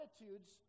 attitudes